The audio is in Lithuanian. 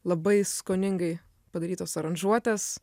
labai skoningai padarytos aranžuotės